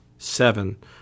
seven